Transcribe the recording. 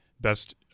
best